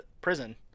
prison